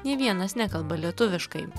nė vienas nekalba lietuviškai